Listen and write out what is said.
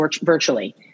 virtually